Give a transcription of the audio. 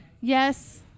Yes